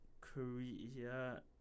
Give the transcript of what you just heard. Korea